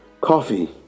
coffee